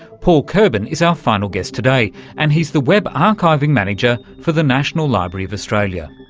paul koerbin is our final guest today and he's the web archiving manager for the national library of australia.